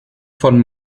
von